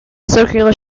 circular